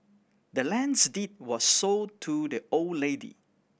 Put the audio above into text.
the land's deed was sold to the old lady